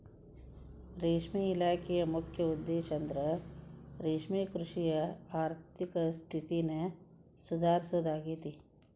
ರೇಷ್ಮೆ ಇಲಾಖೆಯ ಮುಖ್ಯ ಉದ್ದೇಶಂದ್ರ ರೇಷ್ಮೆಕೃಷಿಯ ಆರ್ಥಿಕ ಸ್ಥಿತಿನ ಸುಧಾರಿಸೋದಾಗೇತಿ